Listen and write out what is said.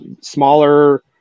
smaller